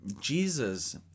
Jesus